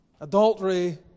Adultery